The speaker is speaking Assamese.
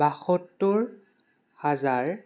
বাসত্তৰ হাজাৰ হাজাৰ